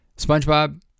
Spongebob